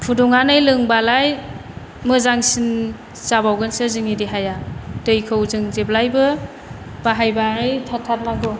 फुदुंनानै लोंबालाय मोजांसिन जाबावगोनसो जोंनि देहाया दैखौ जों जेब्लायबो बाहायबाय थाथारनांगौ